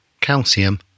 calcium